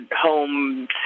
home